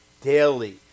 daily